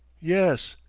yes.